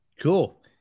Cool